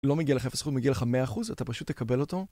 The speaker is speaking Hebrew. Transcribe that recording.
לא מגיע לך איפה זכות, מגיע לך 100%, אתה פשוט תקבל אותו.